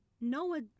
Noah